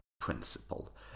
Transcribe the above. principle